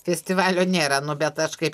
festivalio nėra nu bet aš kaip